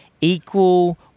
equal